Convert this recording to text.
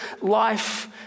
life